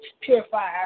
Purify